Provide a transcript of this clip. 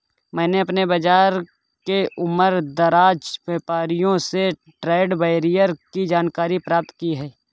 मैंने अपने बाज़ार के उमरदराज व्यापारियों से ट्रेड बैरियर की जानकारी प्राप्त की है